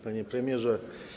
Panie Premierze!